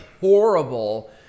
horrible